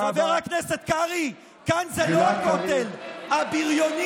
לא ניתן לכם, לחורבן